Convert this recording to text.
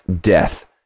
Death